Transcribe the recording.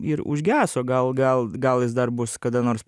ir užgeso gal gal gal jis dar bus kada nors